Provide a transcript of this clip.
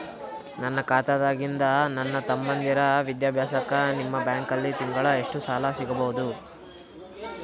ನನ್ನ ಖಾತಾದಾಗಿಂದ ನನ್ನ ತಮ್ಮಂದಿರ ವಿದ್ಯಾಭ್ಯಾಸಕ್ಕ ನಿಮ್ಮ ಬ್ಯಾಂಕಲ್ಲಿ ತಿಂಗಳ ಎಷ್ಟು ಸಾಲ ಸಿಗಬಹುದು?